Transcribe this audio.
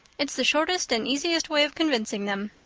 it's the shortest and easiest way of convincing them.